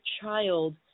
child